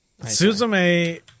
Suzume